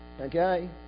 okay